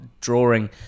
drawing